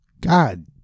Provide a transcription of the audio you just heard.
God